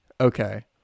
Okay